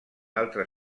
altre